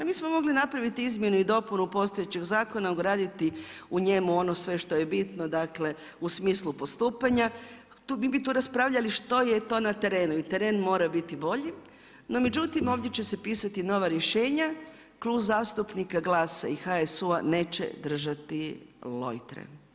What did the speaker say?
Mi smo mogli napravit izmjenu i dopunu postojećeg zakona, ugraditi u njemu ono sve što je bitno, dakle u smislu postupanja, mi bi tu raspravljali što je to na terenu i teren mora biti bolji, no međutim ovdje će pisati nova rješenja, Klub zastupnika GLAS-a i HSU-a neće držati lojtre.